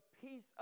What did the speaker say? peace